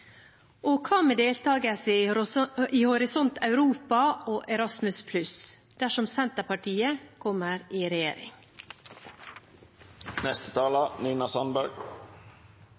Og hva med deltakelse i Horisont Europa og Erasmus+ dersom Senterpartiet kommer i